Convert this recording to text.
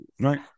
right